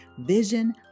Vision